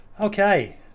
Okay